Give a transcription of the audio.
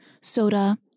soda